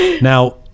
Now